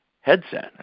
headset